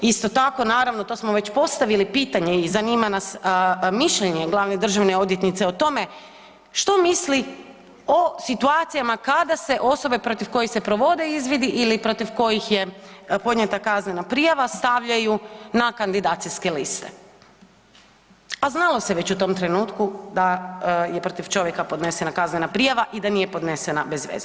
Isto tako naravno to smo već postavili pitanje i zanima nas mišljenje glavne državne odvjetnice o tome što misli o situacijama kada se osobe protiv kojih se provode izvidi ili protiv kojih je podnijeta kaznena prijava stavljaju na kandidacijske liste, a znalo se već u tom trenutku da je protiv čovjeka podnesena kaznena prijava i da nije podnesena bez veze.